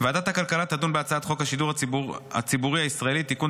ועדת הכלכלה תדון בהצעת חוק השידור הציבורי הישראלי (תיקון,